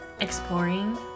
exploring